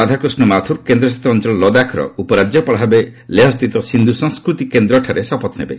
ରାଧାକୃଷ୍ଣ ମାଥୁର୍ କେନ୍ଦ୍ରଶାସିତ ଅଞ୍ଚଳ ଲଦାଖ୍ର ଉପରାଜ୍ୟପାଳ ଭାବେ ଲେହ ସ୍ଥିତ ସିନ୍ଧୁ ସଂସ୍କୃତି କେନ୍ଦ୍ରଠାରେ ଶପଥ ନେବେ